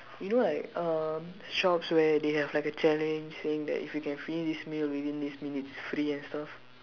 you know like um shops where they have like a challenge saying that if you can finish this meal within this minutes it's free and stuff